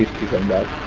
to run that